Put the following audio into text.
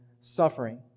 suffering